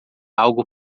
algo